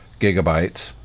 gigabytes